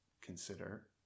consider